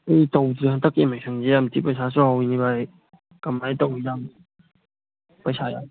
ꯇꯧꯗ꯭ꯔꯤ ꯍꯟꯗꯛꯀꯤ ꯑꯦꯗꯃꯤꯁꯟꯁꯦ ꯌꯥꯝ ꯊꯤ ꯄꯩꯁꯥ ꯆꯥꯎꯋꯤꯅꯦ ꯚꯥꯏ ꯀꯃꯥꯏꯅ ꯇꯧꯗꯣꯏꯖꯥꯠꯅꯣ ꯄꯩꯁꯥ